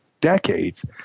decades